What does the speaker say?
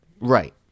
Right